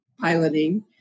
piloting